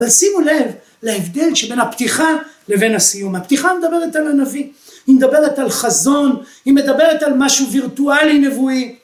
‫אבל שימו לב להבדל ‫שבין הפתיחה לבין הסיום. ‫הפתיחה מדברת על הנביא, ‫היא מדברת על חזון, ‫היא מדברת על משהו וירטואלי נבואי.